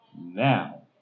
now